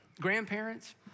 grandparents